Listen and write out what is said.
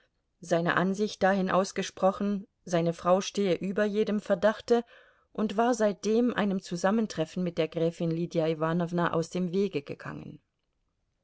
seine ansicht dahin ausgesprochen seine frau stehe über jedem verdachte und war seitdem einem zusammentreffen mit der gräfin lydia iwanowna aus dem wege gegangen